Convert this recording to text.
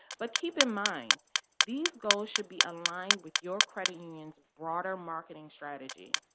but keep in mind these goals should be aligned with your credit union's broader marketing strategy,